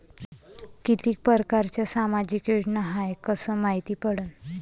कितीक परकारच्या सामाजिक योजना हाय कस मायती पडन?